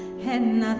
when